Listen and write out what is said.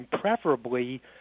preferably